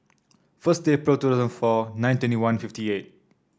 first April two thousand four nine twenty one fifty eight